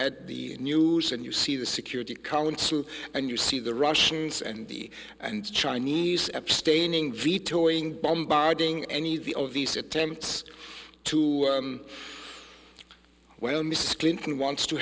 at the news and you see the security council and you see the russians and the and chinese abstaining vetoing bombarding any of the of these attempts to well mrs clinton wants to